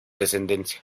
descendencia